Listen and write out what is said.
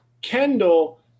Kendall